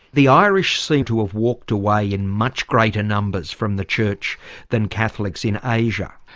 the irish seem to have walked away in much greater numbers from the church than catholics in asia.